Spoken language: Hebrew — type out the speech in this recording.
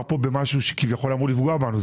כאן במשהו שכביכול אמור לפגוע בנו.